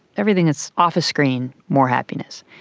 everything is off a screen, more happiness.